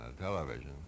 television